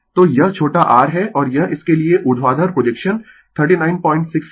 तो यह छोटा r है और यह इसके लिए ऊर्ध्वाधर प्रोजेक्शन 396 है